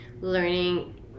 learning